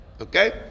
Okay